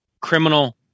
criminal